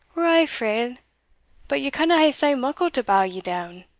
we're a' frail but ye canna hae sae muckle to bow ye down.